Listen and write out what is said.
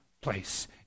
place